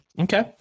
Okay